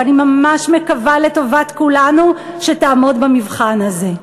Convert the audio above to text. ואני ממש מקווה לטובת כולנו שתעמוד במבחן הזה.